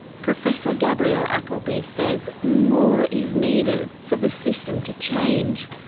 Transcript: professor gabrielle appleby says more is needed for the system to change.